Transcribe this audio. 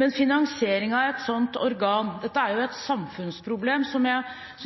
Men til finansieringen av et sånt organ: Dette er et samfunnsproblem, og